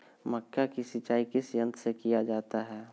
मक्का की सिंचाई किस यंत्र से किया जाता है?